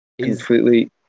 completely